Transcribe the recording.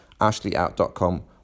AshleyOut.com